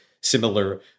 similar